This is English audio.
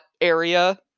area